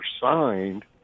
signed